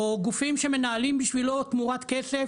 או גופים שמנהלים בשבילו תמורת כסף